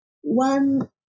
one